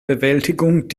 bewältigung